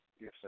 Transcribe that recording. Yes